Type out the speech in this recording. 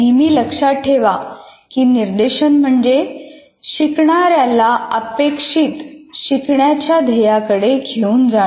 नेहमी लक्षात ठेवा की निर्देशन म्हणजे शिकणाऱ्याला अपेक्षित शिकण्याच्या ध्येयाकडे घेऊन जाणे